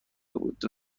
بودن